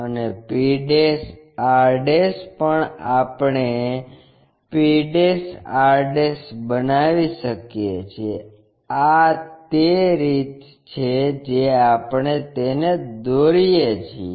અને p r પણ આપણે p r બનાવી શકીએ છીએ આ તે રીતે છે જે આપણે તેને દોરીએ છીએ